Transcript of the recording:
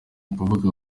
ukuvuga